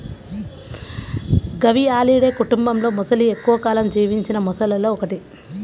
గవియాలిడే కుటుంబంలోమొసలి ఎక్కువ కాలం జీవించిన మొసళ్లలో ఒకటి